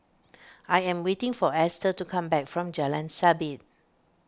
I am waiting for Esther to come back from Jalan Sabit